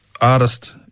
artist